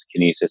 Kinesis